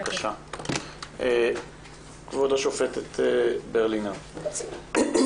כבוד השופטת ברלינר, בבקשה.